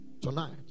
tonight